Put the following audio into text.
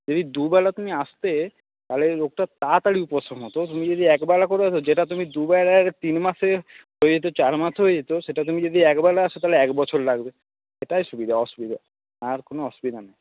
যদি দুবেলা তুমি আসতে তাহলে রোগটা তাড়াতাড়ি উপশম হত তুমি যদি একবেলা করে আস যেটা দুবেলা এলে তিন মাসে হয়ে যেত চার মাসে হয়ে যেত সেটা তুমি যদি এক বেলা আস তাহলে এক বছর লাগবে এটাই সুবিধা অসুবিধা আর কোনো আসুবিধা নেই